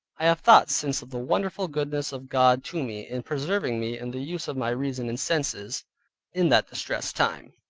i have thought since of the wonderful goodness of god to me in preserving me in the use of my reason and senses in that distressed time,